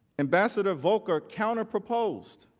ambassador volker counter proposed,